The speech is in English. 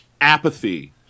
apathy